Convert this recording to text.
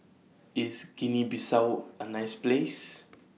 IS Guinea Bissau A nice Place